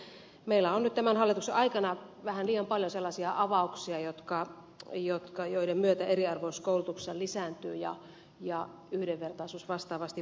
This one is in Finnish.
ja ikävä kyllä meillä on nyt tämän hallituksen aikana vähän liian paljon sellaisia avauksia joiden myötä eriarvoisuus koulutuksessa lisääntyy ja yhdenvertaisuus vastaavasti vaarantuu